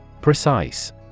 Precise